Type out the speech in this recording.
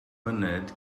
myned